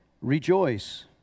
rejoice